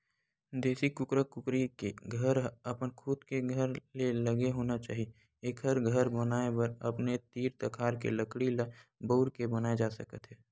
देसी कुकरा कुकरी के घर ह अपन खुद के घर ले लगे होना चाही एखर घर बनाए बर अपने तीर तखार के लकड़ी ल बउर के बनाए जा सकत हे